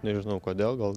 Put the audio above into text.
nežinau kodėl gal